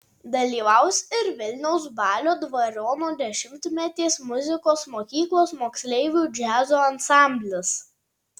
dalyvaus ir vilniaus balio dvariono dešimtmetės muzikos mokyklos moksleivių džiazo ansamblis